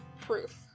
proof